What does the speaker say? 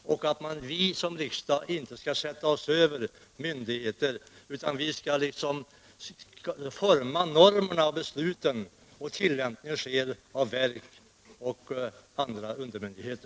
och att vi som riksdag inte skall sätta oss över myndigheter, utan vi skall forma normer och beslut medan tillämpningen görs av verk och andra undermyndigheter.